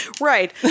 Right